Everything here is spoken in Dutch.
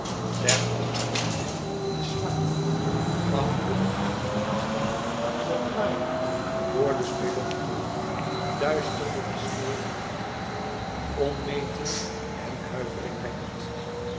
ter andere zijde den staaf achter den gloed van het vuur dat laaide vor de spelonkpoort duisterde de sneeuwende nacht onmetelijk en huiveringwekkend